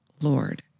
Lord